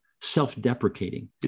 self-deprecating